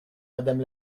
madame